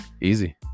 easy